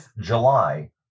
July